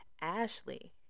Ashley